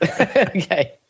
Okay